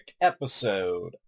episode